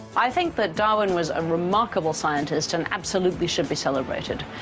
i think that darwin was a remarkable scientist and absolutely should be celebrated.